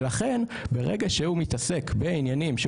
ולכן ברגע שהוא מתעסק בעניינים שהוא